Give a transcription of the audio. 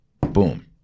Boom